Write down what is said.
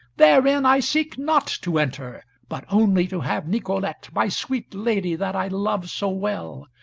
therein i seek not to enter, but only to have nicolete, my sweet lady that i love so well.